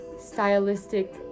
Stylistic